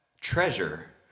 treasure